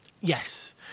Yes